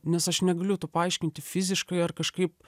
nes aš negaliu to paaiškinti fiziškai ar kažkaip